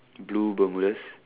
blue Bermudas